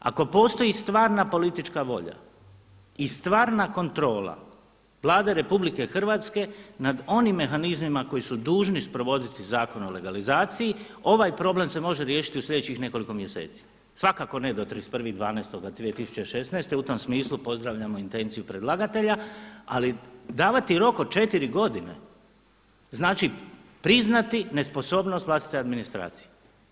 Ako postoji stvarna politička volja i stvarna kontrola Vlade RH nad onim mehanizmima koji su dužni sprovoditi Zakon o legalizaciji ovaj problem se može riješiti u sljedećih nekoliko mjeseci, svakako ne do 31.12.2016. u tom smislu pozdravljamo intenciju predlagatelja, ali davati rok od četiri godine znači priznati nesposobnost vlastite administracije.